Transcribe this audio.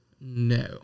No